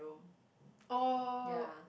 ya